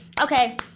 okay